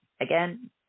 Again